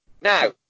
Now